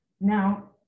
now